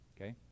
Okay